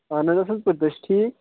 اہن حظ اَصٕل پٲٹھۍ تُہۍ چھُو ٹھیٖک